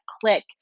click